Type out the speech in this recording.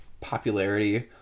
popularity